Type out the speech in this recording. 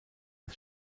das